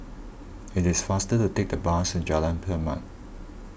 it is faster to take the bus to Jalan Per Mat